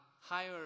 higher